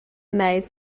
made